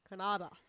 Canada